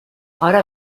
ahora